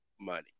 money